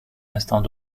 instant